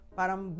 parang